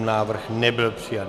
Návrh nebyl přijat.